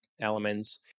elements